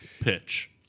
pitch